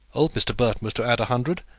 old mr. burton was to add a hundred,